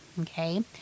Okay